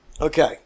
Okay